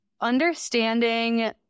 understanding